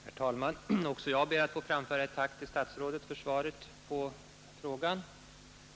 Herr talman! Också jag ber att få framföra ett tack till statsrådet för svaret på frågan.